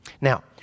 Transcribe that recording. Now